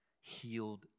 healed